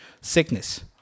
sickness